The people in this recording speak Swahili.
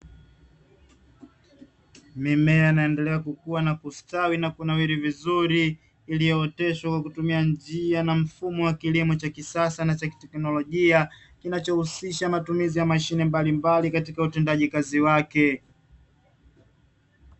Mimea inaendelea kukua na kustawi na kunawiri vizuri iliyooteshwa kwa kutumia njia na mfumo wa kilimo cha kisasa na teknolojia, kinachohusisha matumizi ya mashine mbalimbali katika utendaji kazi wake.